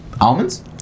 almonds